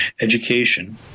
education